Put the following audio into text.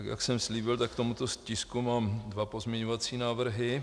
Jak jsem slíbil, tak k tomuto tisku mám dva pozměňovací návrhy.